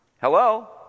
Hello